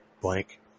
blank